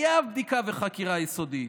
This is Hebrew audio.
זה חייב בדיקה וחקירה יסודית.